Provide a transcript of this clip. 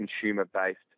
consumer-based